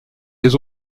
les